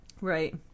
right